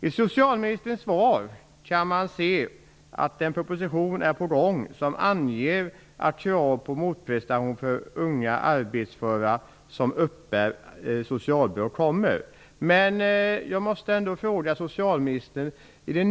Av socialministerns svar framgick att en proposition är på gång som anger att krav på motprestation för unga, arbetsföra som uppbär socialbidrag kommer. Jag måste ändå ställa en fråga till socialministern med anledning av svaret.